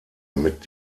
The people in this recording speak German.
mit